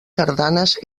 sardanes